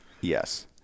Yes